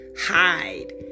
hide